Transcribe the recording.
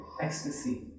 ecstasy